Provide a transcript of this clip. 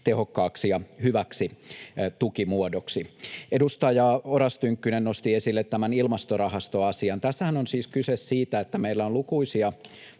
tehokkaaksi ja hyväksi tukimuodoksi. Edustaja Oras Tynkkynen nosti esille ilmastorahastoasian. Tässähän on kyse siitä, että meillä on lukuisia